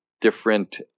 different